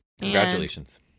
Congratulations